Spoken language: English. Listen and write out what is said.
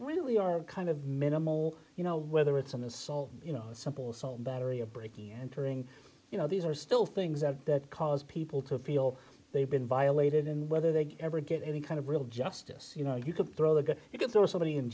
really are kind of minimal you know whether it's an assault you know simple assault battery a break entering you know these are still things that cause people to feel they've been violated and whether they ever get any kind of real justice you know you could throw the good you could throw somebody in